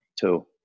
two